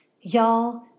Y'all